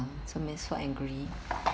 to me so angry